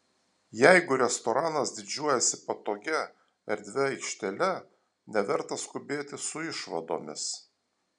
jeigu restoranas didžiuojasi patogia erdvia aikštele neverta skubėti su išvadomis